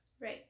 right